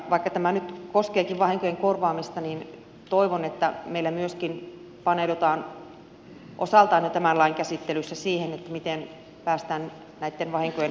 vaikka tämä nyt koskeekin vahinkojen korvaamista niin toivon että meillä myöskin paneudutaan osaltaan jo tämän lain käsittelyssä siihen miten päästään näitten vahinkojen ehkäisemiseen